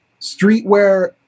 streetwear